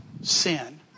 sin